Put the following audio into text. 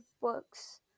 books